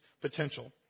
potential